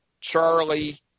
Charlie